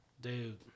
Dude